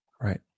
Right